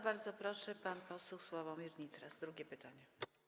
Bardzo proszę, pan poseł Sławomir Nitras, drugie pytanie.